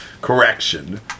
correction